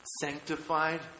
sanctified